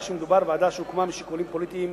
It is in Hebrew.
שמדובר בוועדה שהוקמה משיקולים פוליטיים